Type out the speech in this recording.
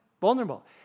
vulnerable